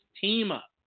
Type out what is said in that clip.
team-up